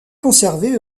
conservée